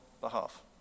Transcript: behalf